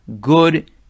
good